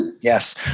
Yes